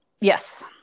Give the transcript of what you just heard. Yes